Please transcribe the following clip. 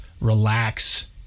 Relax